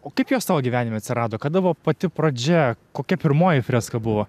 o kaip jos tavo gyvenime atsirado kada buvo pati pradžia kokia pirmoji freska buvo